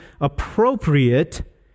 appropriate